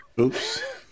Oops